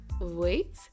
wait